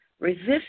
resist